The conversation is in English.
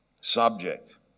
subject